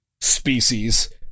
species